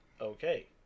okay